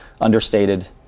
understated